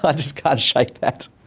but just can't shake that.